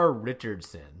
richardson